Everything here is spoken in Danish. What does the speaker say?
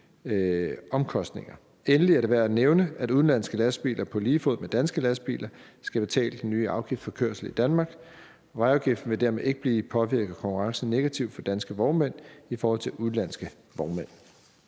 Endelig er det værd at nævne, at udenlandske lastbiler på lige fod med danske lastbiler skal betale den nye afgift for kørsel i Danmark. Vejafgiften vil dermed ikke påvirke konkurrencen negativt for danske vognmænd i forhold til udenlandske vognmænd.